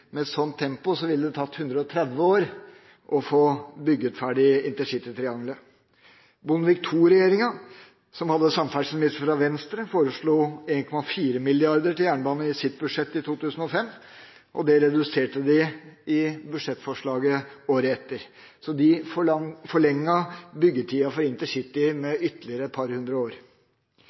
Med et sånt tempo ville det tatt 130 år å få bygd ferdig intercitytriangelet. Bondevik II-regjeringa, som hadde samferdselsminister fra Venstre, foreslo 1,4 mrd. til jernbane i sitt budsjett for 2005. Det reduserte de i budsjettforslaget året etter. De forlenget dermed byggetida for InterCity med ytterligere et par hundre år.